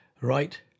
right